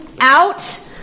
out